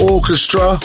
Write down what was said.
Orchestra